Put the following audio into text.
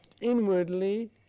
inwardly